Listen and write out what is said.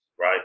right